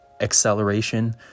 acceleration